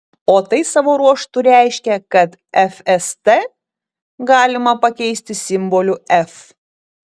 o tai savo ruožtu reiškia kad fst galima pakeisti simboliu f